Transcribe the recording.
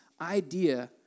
idea